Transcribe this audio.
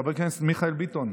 חבר הכנסת מיכאל ביטון,